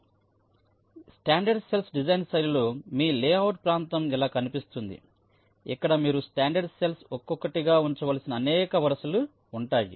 కాబట్టి ఈ standard cells design శైలిలో మీ లేఅవుట్ ప్రాంతం ఇలా కనిపిస్తుంది ఇక్కడ మీరుస్టాండర్డ్ సెల్స్ ఒక్కొక్కటిగా ఉంచవలసిన అనేక వరుసలు ఉంటాయి